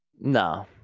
no